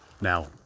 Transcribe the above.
Now